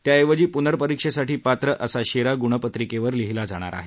त्याऐवजी पुर्नपरीक्षेसाठी पात्र असा शेरा गुणपत्रिकेवर लिहिला जाणार आहे